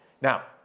Now